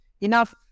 Enough